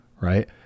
Right